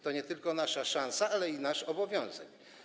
To nie tylko nasza szansa, ale i nasz obowiązek.